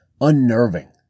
unnerving